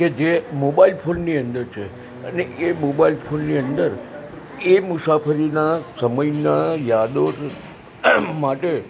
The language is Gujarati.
કે જે મોબાઈલ ફોનની અંદર છે અને એ મોબાઈલ ફોનની અંદર એ મુસાફરીના સમયના યાદોને માટે